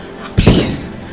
please